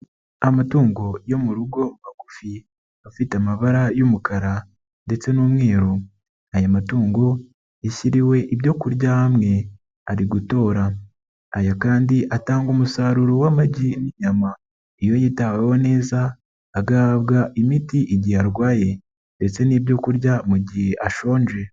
Amatungo yo mu rugo magufi afite amabara y'umukara ndetse n'umweru, aya matungo yashyiriwe ibyo kurya hamwe ari gutora, aya kandi atanga umusaruro w'amagi, inyama, iyo yitaweho neza agahabwa imiti igihe arwaye ndetse n'ibyo kurya mu gihe ashonje.